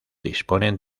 disponen